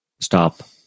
stop